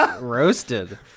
roasted